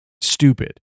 stupid